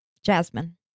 Jasmine